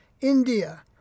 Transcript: India